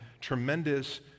tremendous